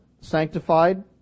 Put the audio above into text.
sanctified